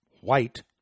white